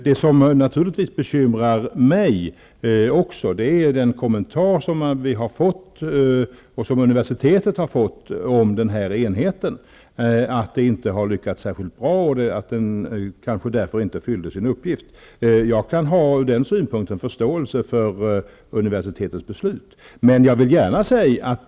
Det som naturligtvis bekymrar mig är den kommentar som vi och universitetet har fått om att den här enheten inte har lyckats särskilt bra och att den kanske därför inte fyllde sin funktion. Ur den synpunkten kan jag ha förståelse för universitetets beslut.